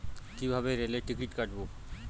কিভাবে রেলের টিকিট কাটব?